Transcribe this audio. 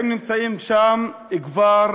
הם נמצאים שם כבר